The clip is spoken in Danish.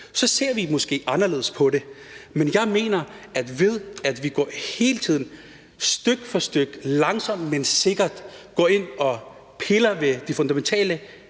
Så ser vi måske anderledes på det, men jeg mener, at vi hele tiden, styk for styk, langsomt, men sikkert går ind og piller ved og ødelægger